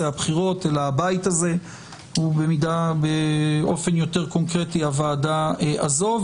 הבחירות אלא הבית הזה ובאופן יותר קונקרטי הוועדה הזו,